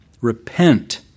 Repent